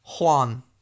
Juan